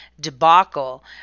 debacle